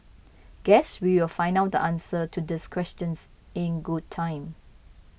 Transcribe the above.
guess we will find out the answer to these questions in good time